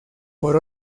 por